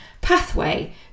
pathway